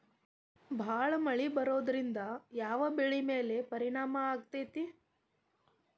ಭಾಳ ಮಳಿ ಬರೋದ್ರಿಂದ ಯಾವ್ ಬೆಳಿ ಮ್ಯಾಲ್ ಪರಿಣಾಮ ಬಿರತೇತಿ?